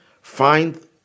find